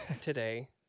Today